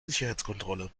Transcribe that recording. sicherheitskontrolle